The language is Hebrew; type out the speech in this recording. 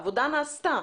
עבודה נעשתה.